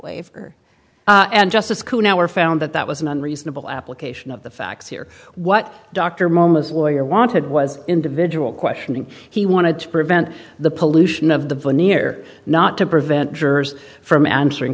waiver and justice can now were found that that was an unreasonable application of the facts here what dr momus lawyer wanted was individual questioning he wanted to prevent the pollution of the veneer not to prevent jurors from answering